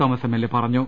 തോ മസ് എംഎൽഎ പറഞ്ഞു